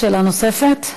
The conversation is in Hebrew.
שאלה נוספת?